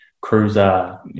Cruiser